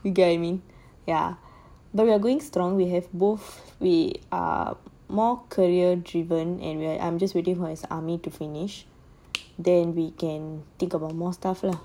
you get what I mean ya but we are going strong we have both we are more career driven and where I'm just waiting for his army to finish then we can think about more stuff lah